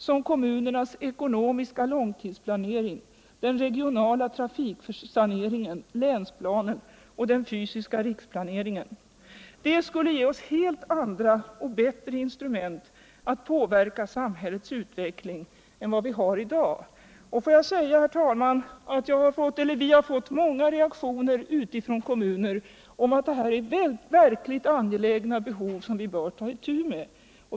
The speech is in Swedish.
som kommunernas ckonomiska långtidsplanering, den regionala trafiksaneringen, länsplanen och den fysiska riksplaneringen. Det skulle ge oss helt andra och bättre instrument att på verka samhällets utveckling än vad vi har i dag. Vi har, herr talman, från kommunerna fått många reaktioner om att detta är verkligt angelägna behov, som vi bör ta itu med.